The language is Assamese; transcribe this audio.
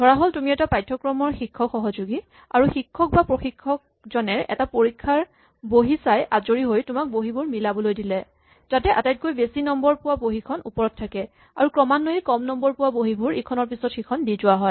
ধৰাহ'ল তুমি এটা পাঠ্যক্ৰমৰ শিক্ষক সহযোগী আৰু শিক্ষক বা প্ৰশিক্ষকজনে এটা পৰীক্ষাৰ বহী চাই আজৰি হৈ তোমাক বহীবোৰ মিলাবলৈ দিলে যাতে আটাইতকৈ বেছি নম্বৰ পোৱা বহীখন ওপৰত থাকে আৰু ক্ৰমান্বয়ে কম নম্বৰ পোৱা বহীবোৰ ইখনৰ পিছত দি যোৱা হয়